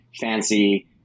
fancy